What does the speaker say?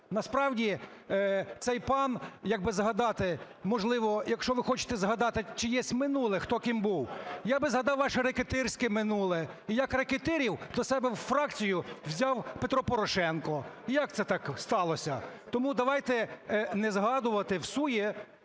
Насправді, цей пан, якби згадати, можливо, якщо ви хочете згадати чиєсь минуле, хто ким був, я би згадав ваше рекетирське минуле і як рекетирів до себе у фракцію взяв Петро Порошенко. Як це так сталося? Тому давайте не згадувати всує